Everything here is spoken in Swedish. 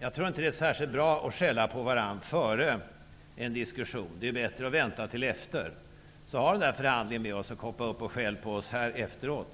Jag tror inte att det är särskilt bra att skälla på varandra före en diskussion. Det är bättre att vänta till efter. Genomför förhandlingen med oss, och hoppa upp och skäll på oss här i talarstolen efteråt!